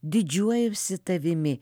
didžiuojuosi tavimi